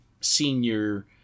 senior